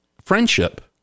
friendship